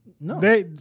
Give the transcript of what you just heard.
No